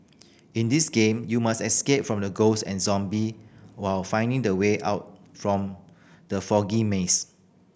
in this game you must escape from the ghosts and zombie while finding the way out from the foggy maze